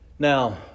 Now